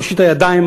הושיטה ידיים,